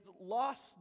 lost